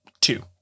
two